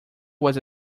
was